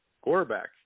quarterback